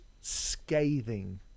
scathing